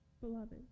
beloved